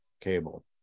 cable